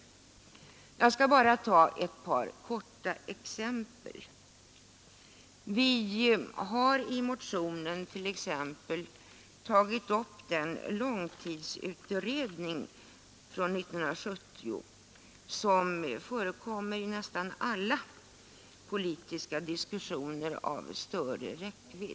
Jag skall i all korthet ta ett par exempel Vi har i motionen berört den långtidsutredning från 1970 som man hänvisar till i nästan alla politiska diskussioner av större räckvidd.